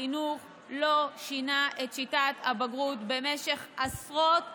החינוך לא שינה את שיטת הבגרות במשך עשרות שנים,